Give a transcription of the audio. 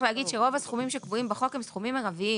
להגיד שרוב הסכומים שקבועים בחוק הם סכומים מרביים